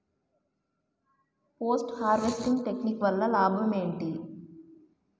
Post harvesting technique వల్ల లాభం ఏంటి?